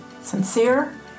sincere